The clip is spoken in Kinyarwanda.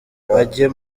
bajye